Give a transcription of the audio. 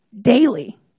daily